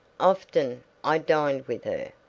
often. i dined with her,